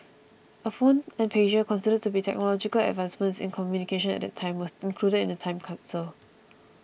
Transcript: a phone and pager considered to be technological advancements in communication at that time were included in the time capsule